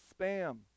spam